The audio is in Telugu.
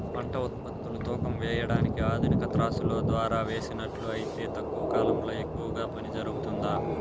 పంట ఉత్పత్తులు తూకం వేయడానికి ఆధునిక త్రాసులో ద్వారా వేసినట్లు అయితే తక్కువ కాలంలో ఎక్కువగా పని జరుగుతుందా?